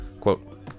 Quote